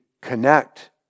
connect